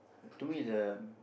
to me the